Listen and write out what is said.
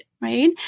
Right